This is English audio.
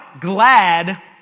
Glad